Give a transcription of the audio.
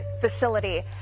facility